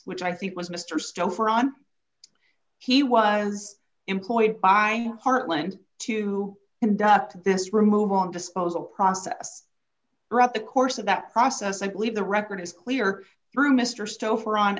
which i think was mr stouffer on he was employed by heartland to conduct this removal and disposal process throughout the course of that process i believe the record is clear through mr stouffer on